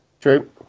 True